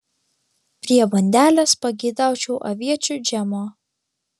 prie bandelės pageidaučiau aviečių džemo